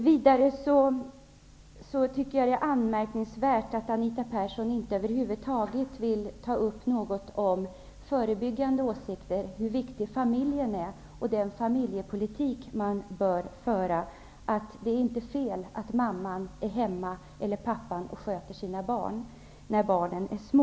Vidare tycker jag att det är anmärkningsvärt att Anita Persson inte säger något över huvud taget om förebyggande insatser och hur viktig familj och familjepolitik är -- att det inte är fel att mamman eller pappan är hemma och sköter sina barn när barnen är små.